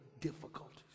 difficulties